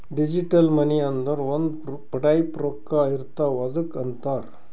digital money ಅಂದುರ್ ಒಂದ್ type ರೊಕ್ಕಾ ಇರ್ತಾವ್ ಅದ್ದುಕ್ ಅಂತಾರ್